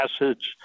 acids